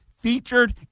featured